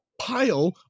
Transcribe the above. pile